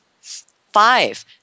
Five